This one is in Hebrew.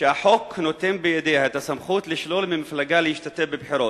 שהחוק נותן בידיה את הסמכות לשלול ממפלגה להשתתף בבחירות.